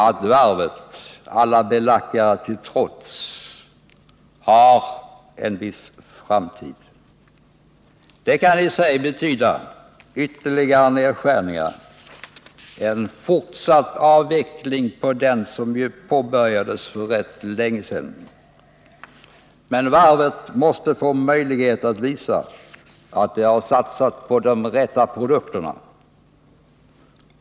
Att varvet — alla belackare till trots — har en framtid kan i sig betyda ytterligare nedskärningar, en fortsättning på den avveckling som påbörjats för rätt länge sedan. Men varvet måste få möjlighet att visa att det har satsat på de rätta produkterna.